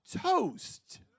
toast